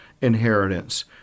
inheritance